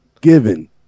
given